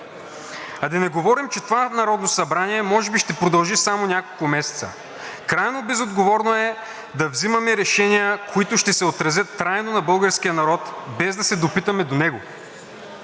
А да не говорим, че това Народно събрание може би ще продължи само няколко месеца. Крайно безотговорно е да взимаме решения, които ще се отразят трайно на българския народ, без да се допитаме до него.